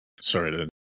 sorry